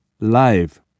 live